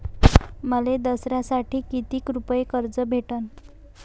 मले दसऱ्यासाठी कितीक रुपये कर्ज भेटन?